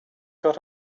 got